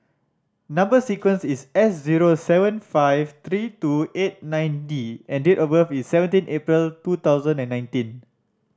number sequence is S zero seven five three two eight nine D and date of birth is seventeen April two thousand and nineteen